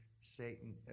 Satan